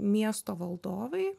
miesto valdovai